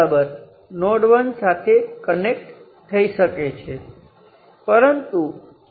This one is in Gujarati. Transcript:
આ તમામ નોડને એકબીજા સાથે જોડી શકાય છે આપણે બાકીની સર્કિટમાં વોલ્ટેજ અથવા કરંટમાં ફેરફાર કર્યા વિના આ નોડને જોડી શકીએ છીએ